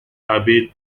abbé